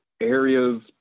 areas